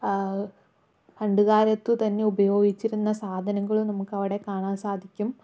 പണ്ടു കാലത്ത് തന്നെ ഉപയോഗിച്ചിരുന്ന സാധനങ്ങളും നമുക്കവിടെ കാണാൻ സാധിക്കും